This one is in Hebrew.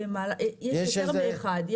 יש יותר מאחד.